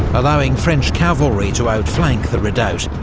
allowing french cavalry to outflank the redoubt,